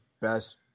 best